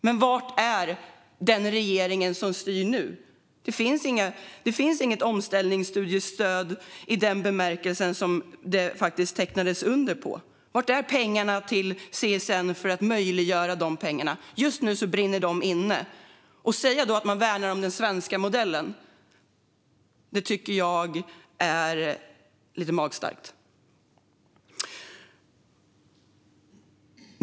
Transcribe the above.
Men var är den regering som styr nu? Det finns inget omställningsstudiestöd i den bemärkelse som det faktiskt undertecknades om. Var är pengarna till CSN för att möjliggöra de pengarna? Just nu brinner de inne. Att då säga att man värnar den svenska modellen tycker jag är lite magstarkt.